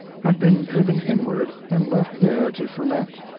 had been driven inward and left there to ferment.